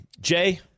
Jay